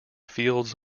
fields